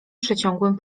przeciągłym